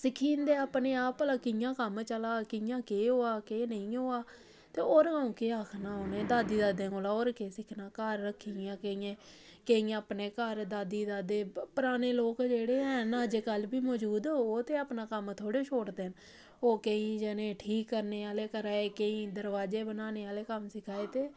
सिक्खी जंदे अपने आप भला कि'यां कम्म चला दा कि'यां केह् होआ कि'यां केह् नेईं होआ ते होर केह् आखना उ'नें दादी दादें कोला होर केह् सिक्खना घर रक्खी दियां केइयें केइयें अपने घर दादी दादे प पराने लोक जेह्ड़े हैन अजकल्ल बी मजूद ओह् ते अपना कम्म थोह्ड़े छोड़दे न ओह् केईं जने ठीक करने आह्ले करा दे केईं दरोआजे बनाने आह्ले कम्म सिक्खा दे ते